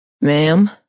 Ma'am